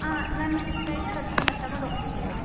ಆಂ ನಾನು daily customer ತೊಗೊಂಡೋಗ್ತೀನಿ ಅಲ್ವಾ